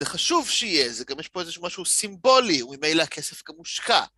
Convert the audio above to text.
זה חשוב שיהיה, זה גם יש פה איזה משהו סימבולי, וממילא הכסף גם מושקע.